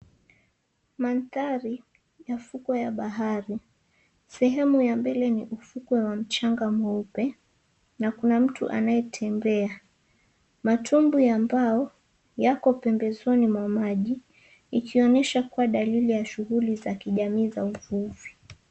Mandhari ya fukwe ya bahari. Sehemu ya mbele ni ufukwe wa mchanga mweupe na kuna mtu anayetembea. Matumbu ya mbao yako pembezoni mwa maji ikionyesha kuwa dalili ya shughuli za kijamii za uvuvi.